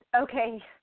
Okay